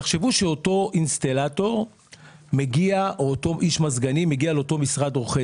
תחשבו שאותו אינסטלטור או אותו איש מזגנים מגיע לאותו משרד עורכי